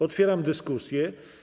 Otwieram dyskusję.